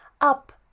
up